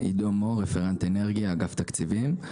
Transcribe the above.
עידו מור, רפרנט אנרגיה, אגף תקציבים.